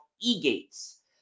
e-gates